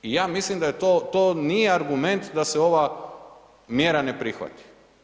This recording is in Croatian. I ja mislim da to nije argument da se ova mjera ne prihvati.